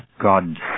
God